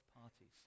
parties